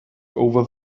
over